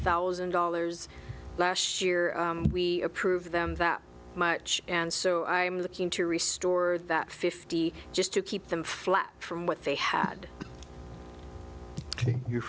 thousand dollars last year we approve them that much and so i'm looking to restore that fifty just to keep them flat from what they had